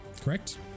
Correct